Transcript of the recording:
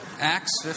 Acts